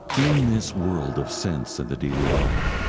in this world of sense and the daily life,